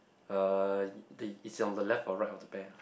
uh the it's on the right or left of the bear